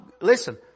Listen